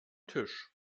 tisch